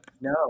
No